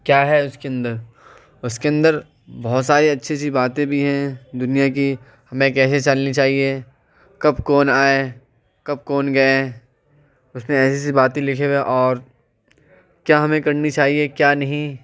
کیا ہے اس کے اندر اس کے اندر بہت ساری اچھی اچھی باتیں بھی ہیں دنیا کی ہمیں کیسے چلنی چاہیے کب کون آئے کب کون گئے اس میں ایسی ایسی باتیں لکھی ہوئی ہیں اور کیا ہمیں کرنی چاہیے کیا نہیں